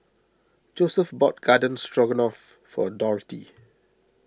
Joesph bought Garden Stroganoff for Dorthy